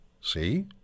see